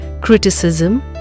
Criticism